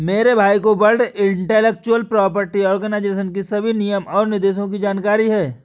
मेरे भाई को वर्ल्ड इंटेलेक्चुअल प्रॉपर्टी आर्गेनाईजेशन की सभी नियम और निर्देशों की जानकारी है